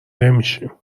نمیشیم